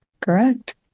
Correct